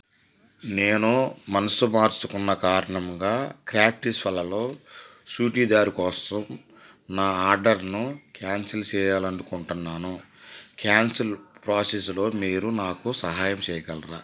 నేను మనసు మార్చుకున్న కారణముగా క్రాఫ్స్వల్లాలో చూటీదార్ కోసం నా ఆడర్ను క్యాన్సిల్ చెయ్యాలనుకుంటున్నాను క్యాన్సిల్ ప్రోసెస్లో మీరు నాకు సహాయం చెయ్యగలరా